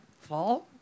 fall